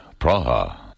Praha